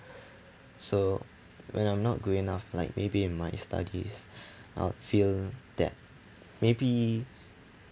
so when I'm not good enough like maybe in my studies I'd feel that maybe